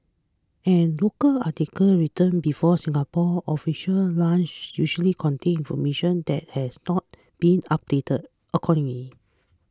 and local articles written before Singapore's official launch usually contain information that has not been updated accordingly